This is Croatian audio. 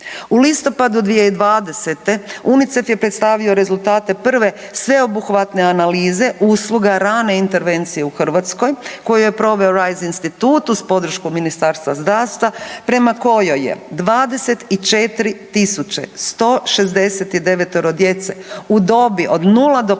U listopadu 2020. UNICEF je predstavio rezultate prve sveobuhvatne analize usluga rane intervencije u Hrvatskoj koju je proveo Raiz institut uz podršku Ministarstva zdravstva prema kojoj je 24.169 djece u dobi od 0 do 5